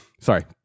Sorry